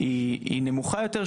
היא נמוכה יותר,